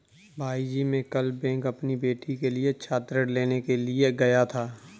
भाईजी मैं कल बैंक अपनी बेटी के लिए छात्र ऋण लेने के लिए गया था